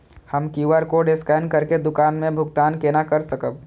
हम QR code scan करके दुकान में भुगतान केना कर सकब?